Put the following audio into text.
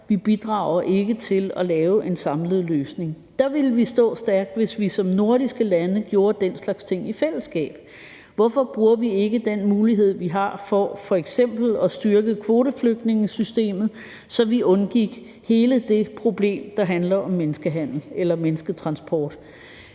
Vi bidrager ikke til at lave en samlet løsning. Der ville vi stå stærkt, hvis vi som nordiske lande gjorde den slags ting i fællesskab. Hvorfor bruger vi ikke den mulighed, vi har, for f.eks. at styrke kvoteflygtningesystemet, så vi undgik hele det problem, der handler om menneskehandel eller mennesketransport.